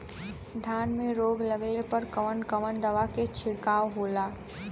धान में रोग लगले पर कवन कवन दवा के छिड़काव होला?